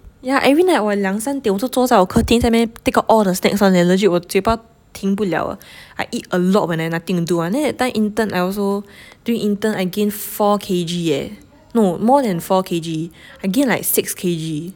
yeah every night 我两三点我就坐在我客厅在那边 take out all the snacks [one] eh legit 我嘴巴停不了 I eat a lot when I nothing do [one] then that time intern I also during intern I gain four K_G eh no more than four K_G I gain like six K_G